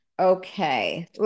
Okay